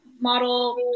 model